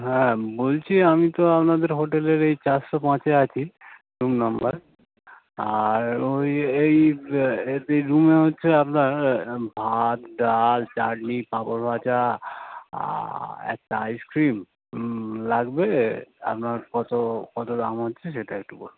হ্যাঁ বলছি আমি তো আপনাদের হোটেলের এই চারশো পাঁচে আছি রুম নাম্বার আর ওই এই এসি রুমে হচ্ছে আপনার ভাত ডাল চাটনি পাঁপড় ভাজা আর একটা আইসক্রিম লাগবে আপনার কত কত দাম হচ্ছে সেটা একটু বলবেন